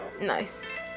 nice